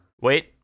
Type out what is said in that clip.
Wait